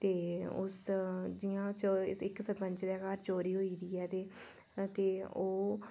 ते उस च जि'यां की इक्क सरपंच दे घर चोरी होई दी ऐ ते ओह्